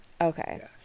Okay